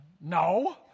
no